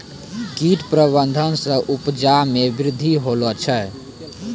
कीट प्रबंधक से उपजा मे वृद्धि होलो छै